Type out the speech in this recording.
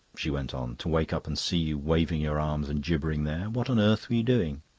she went on, to wake up and see you waving your arms and gibbering there. what on earth were you doing?